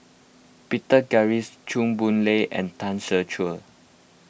Peter Gilchrist Chua Boon Lay and Tan Ser Cher